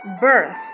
birth